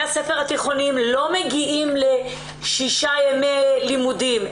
הספר התיכוניים לא מגיעים לשישה ימי לימודים.